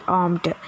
armed